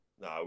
no